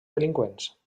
delinqüents